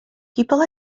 people